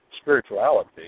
spirituality